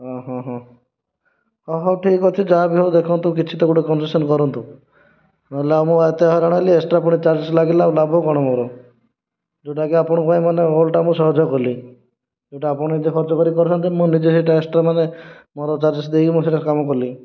ହଁ ହଁ ହଁ ହ ହେଉ ଠିକ ଅଛି ଯାହା ବି ହେଉ ଦେଖନ୍ତୁ କିଛି ତ ଗୋଟିଏ କମ୍ପନସେସନ୍ କରନ୍ତୁ ନହେଲେ ଆଉ ମୁଁ ଏତେ ହଇରାଣ ହେଲି ଏକ୍ସଟ୍ରା ଫୁଣି ଚାରଜେସ ଲାଗିଲା ଆଉ ଲାଭ କ'ଣ ମୋର ଯେଉଁଟାକି ଆପଣଙ୍କ ପାଇଁ ଓଲଟା ମୁଁ ସହଯୋଗ କଲି ଯେଉଁଟା ଆପଣ ନିଜେ ଖର୍ଚ୍ଚ କରି କରିଥାନ୍ତେ ମୁଁ ନିଜେ ସେଇଟା ଏକ୍ସଟ୍ରା ମାନେ ମୋର ଚାରଜେସ ଦେଇକି ମୁଁ ସେଇଟା କାମ କଲି